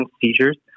seizures